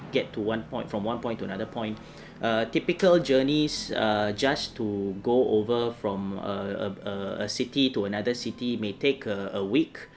get to one point from one point to another point err typical journeys err just to go over from a a city to another city may take uh a week